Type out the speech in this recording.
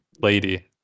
lady